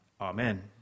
Amen